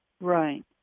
Right